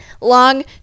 long